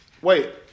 Wait